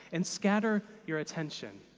and scatter your attention.